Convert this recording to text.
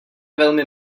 velmi